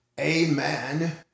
amen